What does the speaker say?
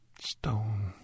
stone